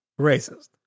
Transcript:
racist